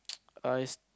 eyes